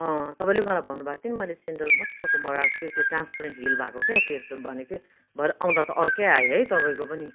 तपाईँले पनि मलाई भन्नु भएक थियो नि मैले सेन्डल मजाको मगाएको छु त्यो ट्रान्सपेरेन्ट हिल भएको क्या त्यस्तो भनेको थियो भरे आउँदा त अर्कै आयो है तपाईँको पनि